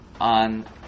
on